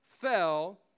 fell